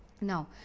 Now